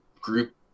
group